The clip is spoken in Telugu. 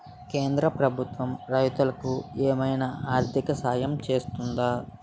కేంద్ర ప్రభుత్వం రైతులకు ఏమైనా ఆర్థిక సాయం చేస్తుందా?